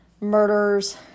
murders